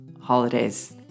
holidays